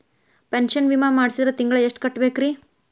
Pension ವಿಮಾ ಮಾಡ್ಸಿದ್ರ ತಿಂಗಳ ಎಷ್ಟು ಕಟ್ಬೇಕ್ರಿ?